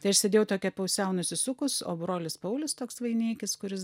tai aš sėdėjau tokia pusiau nusisukus o brolis paulius toks vaineikis kuris